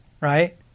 right